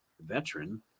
Veteran